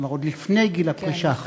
כלומר, עוד לפני גיל הפרישה.